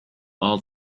all